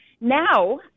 Now